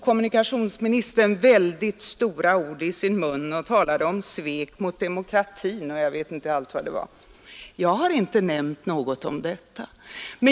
Kommunikationsministern tog mycket stora ord i munnen och talade om svek mot demokratin, och jag vet inte allt vad det var. Jag har inte nämnt något om detta.